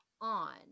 on